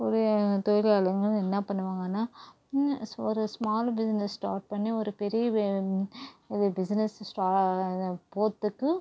உரிய தொழிலாளர்கள்லாம் என்ன பண்ணுவாங்கன்னால் ஒரு ஸ்மால் பிஸ்னஸ் ஸ்டார்ட் பண்ணி ஒரு பெரிய வி இது பிசுனஸ் ஸ்டா இது போகிறத்துக்கு